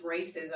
racism